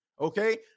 Okay